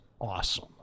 awesome